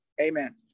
Amen